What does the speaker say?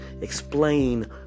explain